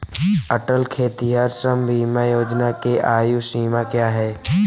अटल खेतिहर श्रम बीमा योजना के लिए आयु सीमा क्या है?